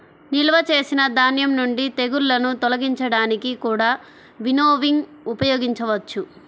నిల్వ చేసిన ధాన్యం నుండి తెగుళ్ళను తొలగించడానికి కూడా వినోవింగ్ ఉపయోగించవచ్చు